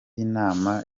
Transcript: inama